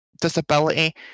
disability